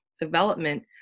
development